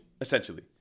Essentially